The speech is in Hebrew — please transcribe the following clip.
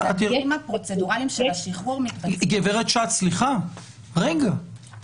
התהליכים הפרוצדורליים של השחרור מתבצעים על ידי